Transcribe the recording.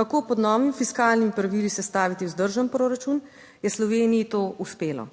kako pod novimi fiskalnimi pravili sestaviti vzdržen proračun, je Sloveniji to uspelo.